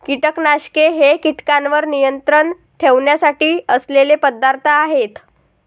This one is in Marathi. कीटकनाशके हे कीटकांवर नियंत्रण ठेवण्यासाठी असलेले पदार्थ आहेत